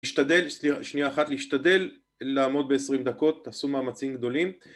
השתדל... שנייה אחת, להשתדל לעמוד בעשרים דקות, תעשו מאמצים גדולים